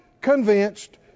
convinced